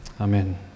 Amen